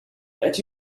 that